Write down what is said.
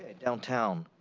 ah downtown,